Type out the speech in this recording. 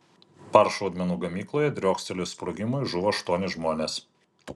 par šaudmenų gamykloje driokstelėjus sprogimui žuvo aštuoni žmonės